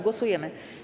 Głosujemy.